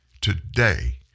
today